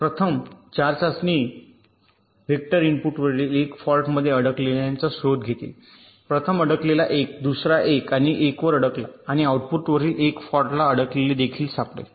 प्रथम 4 चाचणी व्हेक्टर इनपुटवरील 1 फॉल्टमध्ये अडकलेल्यांचा शोध घेतील प्रथम अडकलेला 1 दुसरा एक आणि 1 वर अडकला आणि आउटपुटवरील 1 फॉल्टला अडकलेले देखील सापडेल